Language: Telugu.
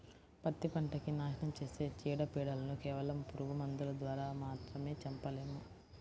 పత్తి పంటకి నాశనం చేసే చీడ, పీడలను కేవలం పురుగు మందుల ద్వారా మాత్రమే చంపలేము